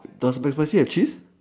does McSpicy have cheese